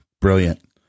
brilliant